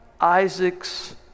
Isaac's